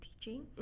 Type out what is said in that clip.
teaching